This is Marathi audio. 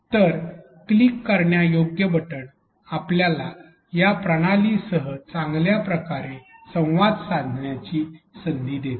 तर क्लिक करण्यायोग्य बटण आपल्याला या प्रणालीसह चांगल्या पद्धतीने संवाद साधण्याची संधी देते